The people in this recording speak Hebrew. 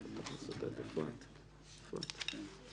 שהשר כתב בטוויטר או בפייסבוק אתם זוכרים אותה?